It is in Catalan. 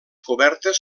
cobertes